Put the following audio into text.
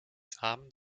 samen